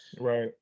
right